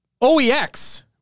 OEX